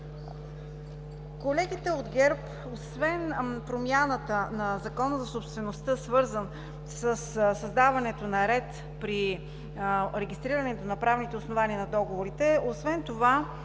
Колегите от ГЕРБ освен промяната на Закона за собствеността, свързан със създаването на ред при регистрирането на правните основания на договорите, освен това